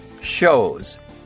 shows